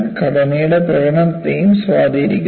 ഘടനയുടെ പ്രകടനത്തെയും സ്വാധീനിക്കുന്നു